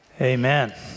Amen